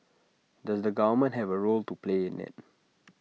does the government have A role to play in IT